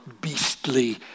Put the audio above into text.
beastly